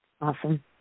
Awesome